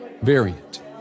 variant